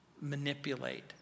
manipulate